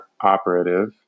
operative